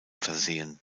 versehen